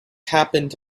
happened